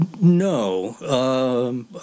no